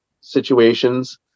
situations